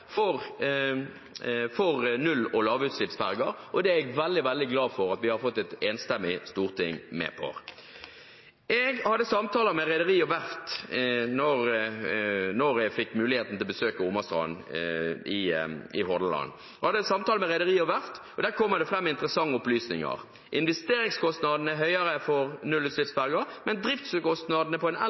for nullutslipps- og lavutslippsferger. Det er jeg veldig, veldig glad for at vi har fått et enstemmig storting med på. Jeg hadde samtaler med rederi og verft da jeg fikk muligheten til å besøke Omastrand i Hordaland. Der kommer det fram interessante opplysninger. Investeringskostnadene er høyere for nullutslippsferger, men driftskostnadene for en